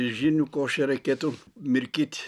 žirnių košę reikėtų mirkyt